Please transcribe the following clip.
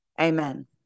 amen